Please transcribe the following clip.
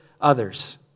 others